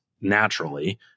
naturally